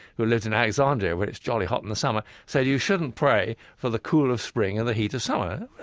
who lived in alexandria, which is jolly hot in the summer, said you shouldn't pray for the cool of spring in the heat of summer.